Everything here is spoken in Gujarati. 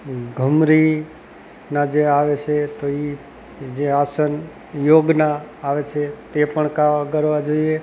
ઘમરીના જે આવે છે તો એ જે આસન યોગના આવે છે તે પણ કરવાં જોઈએ